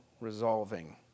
resolving